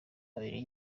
abiri